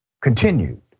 continued